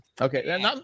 Okay